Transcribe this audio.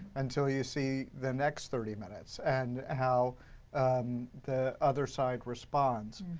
until you see the next thirty minutes. and, how the other side responds.